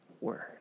word